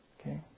Okay